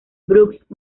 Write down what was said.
brooks